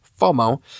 FOMO